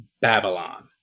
Babylon